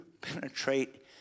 penetrate